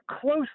close